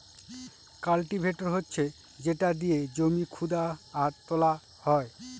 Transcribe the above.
cultivator হচ্ছে যেটা দিয়ে জমি খুদা আর তোলা হয়